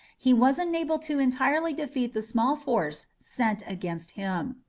he was enabled to entirely defeat the small force sent against him.